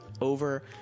over